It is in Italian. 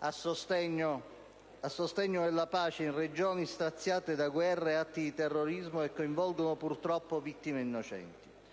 a sostegno della pace in regioni straziate da guerre e atti di terrorismo, che coinvolgono, purtroppo, vittime innocenti.